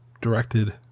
directed